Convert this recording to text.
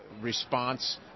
response